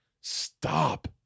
stop